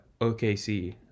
OKC